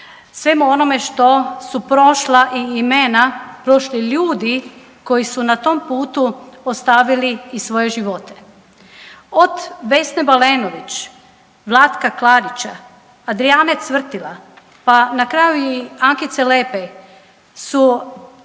svemu onome što su prošla i imena, prošli ljudi koji su na tom putu ostavili i svoje živote. Od Vesne Balenović, Vlatka Klarića, Adrijane Cvrtila pa na kraju i Ankice Lepej su